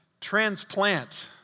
transplant